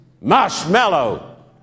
marshmallow